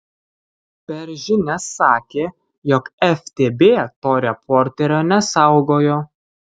per žinias sakė jog ftb to reporterio nesaugojo